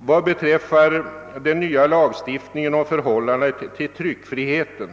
Vad beträffar den nya lagstiftningen och förhållandet till tryckfriheten